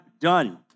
done